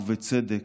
ובצדק,